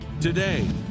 Today